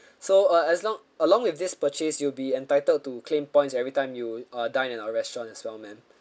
so uh as long along with this purchase you'll be entitled to claim points every time you uh dine at our restaurant as well ma'am